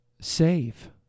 save